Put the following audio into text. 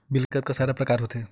Bill के कतका सारा प्रकार होथे?